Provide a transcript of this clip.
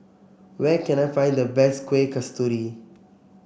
where can I find the best Kuih Kasturi